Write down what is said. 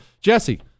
Jesse